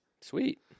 Sweet